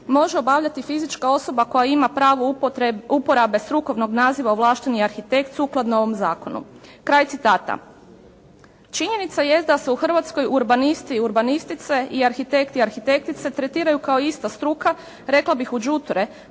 može obavljati fizička osoba koja ima pravo uporabe strukovnog naziva ovlašteni arhitekt sukladno ovom zakonu.» Kraj citata. Činjenica jest da se u Hrvatskoj urbanisti i urbanistice i arhitekti i arhitektice tretiraju kao ista struka rekao bih u đuture